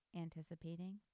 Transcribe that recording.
Anticipating